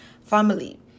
family